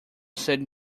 said